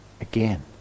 again